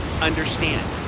understand